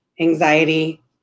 anxiety